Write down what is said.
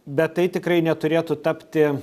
bet tai tikrai neturėtų tapti